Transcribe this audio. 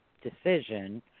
decision